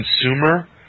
consumer